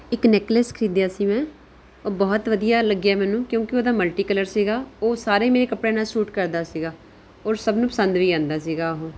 ਇੱਕ ਨੈਕਲੈੱਸ ਖਰੀਦਿਆ ਸੀ ਮੈਂ ਉਹ ਬਹੁਤ ਵਧੀਆ ਲੱਗਿਆ ਮੈਨੂੰ ਕਿਉਂਕਿ ਉਹਦਾ ਮਲਟੀਕਲਰ ਸੀਗਾ ਉਹ ਸਾਰੇ ਮੇਰੇ ਕੱਪੜਿਆਂ ਨਾਲ ਸੂਟ ਕਰਦਾ ਸੀਗਾ ਔਰ ਸਭ ਨੂੰ ਪਸੰਦ ਵੀ ਆਉਂਦਾ ਸੀਗਾ ਉਹ